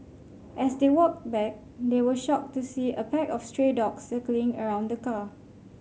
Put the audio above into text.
as they walked back they were shocked to see a pack of stray dogs circling around the car